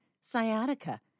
sciatica